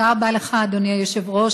תודה רבה לך, אדוני היושב-ראש.